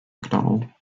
mcdonald